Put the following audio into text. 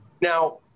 now